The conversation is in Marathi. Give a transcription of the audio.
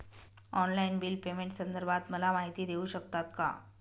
ऑनलाईन बिल पेमेंटसंदर्भात मला माहिती देऊ शकतात का?